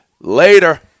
Later